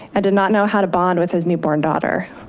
and did not know how to bond with his newborn daughter.